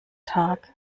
tag